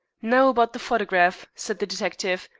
now about the photograph, said the detective.